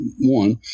one